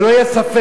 שלא יהיה ספק.